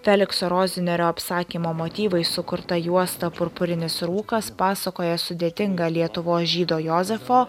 felikso rozinerio apsakymo motyvais sukurta juosta purpurinis rūkas pasakoja sudėtingą lietuvos žydo jozefo